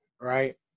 Right